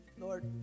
Lord